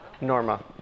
Norma